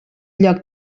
lloc